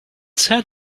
said